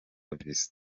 visa